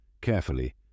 carefully